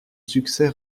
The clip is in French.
succès